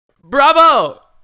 Bravo